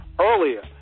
earlier